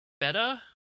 better